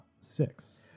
six